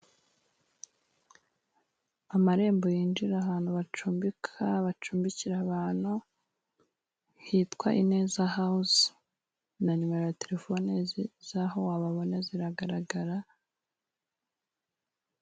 Amarembo yinjira ahantu bacumbika, bacumbikira ahantu hitwa ineza hawuze na numero ya telefone z'aho wababonaho ziragaragara.